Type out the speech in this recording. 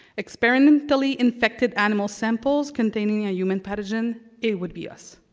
experimentally infected animal samples containing a human pathogen, it would be us.